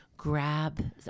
Grab